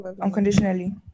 Unconditionally